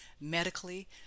medically